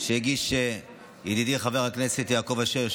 שהגישו ידידי חבר הכנסת יעקב אשר,